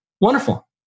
Wonderful